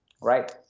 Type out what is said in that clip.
right